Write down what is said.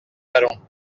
talon